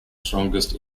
strongest